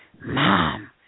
Mom